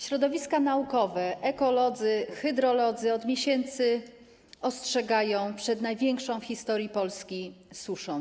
Środowiska naukowe, ekolodzy, hydrolodzy od miesięcy ostrzegają przed największą w historii Polski suszą.